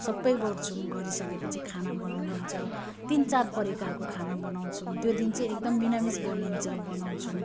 सबै गर्छौँ गरि सकेपछि खाना बनाउने हुन्छ तिन चार प्रकारको खाना बनाउँछौँ त्यो दिन चाहिँ एकदम निरामिष बनिन्छ बनाउँछौँ